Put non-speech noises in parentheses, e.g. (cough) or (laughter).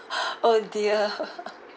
oh dear (laughs)